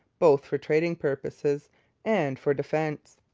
both for trading purposes and for defence.